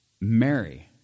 Mary